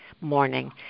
morning